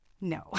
No